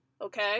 Okay